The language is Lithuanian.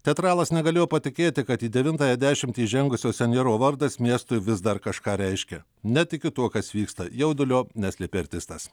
teatralas negalėjo patikėti kad į devintąją dešimtį įžengusio senjoro vardas miestui vis dar kažką reiškia netikiu tuo kas vyksta jaudulio neslėpė artistas